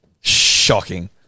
Shocking